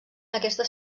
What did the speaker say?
aquesta